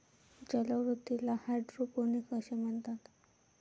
जलवृद्धीला हायड्रोपोनिक्स असे म्हणतात